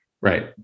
Right